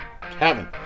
Kevin